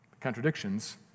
contradictions